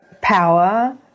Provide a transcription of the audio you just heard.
power